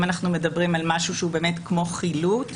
אם אנחנו מדברים על משהו שהוא כמו חילוט,